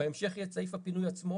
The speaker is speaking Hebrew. בהמשך יהיה את סעיף הפינוי עצמו